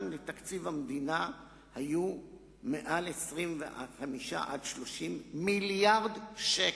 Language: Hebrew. לתקציב המדינה היתה מעל 25 30 מיליארד שקל.